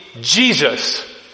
Jesus